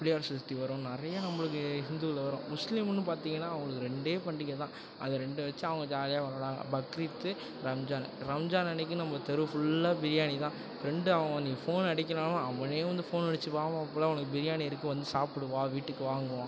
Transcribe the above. பிள்ளையார் சதுர்த்தி வரும் நிறையா நம்மளுக்கு ஹிந்துவில வரும் முஸ்லீமுன்னு பார்த்தீங்கன்னா அவர்களுக்கு ரெண்டே பண்டிகை தான் அந்த ரெண்டை வச்சு அவங்க ஜாலியாக கொண்டாடுவாங்க பக்ரீத்து ரம்ஜானு ரம்ஜான் அன்றைக்கி நம்ம தெரு ஃபுல்லாக பிரியாணி தான் ஃப்ரெண்டு அவன் இன்றைக்கி ஃபோன் அடிக்கிலைனாலும் அவனே வந்து ஃபோன் அடிச்சு வா மாப்பிளை உனக்கு பிரியாணி இருக்குது வந்து சாப்பிடு வா வீட்டுக்கு வாங்குவான்